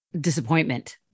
disappointment